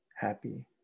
happy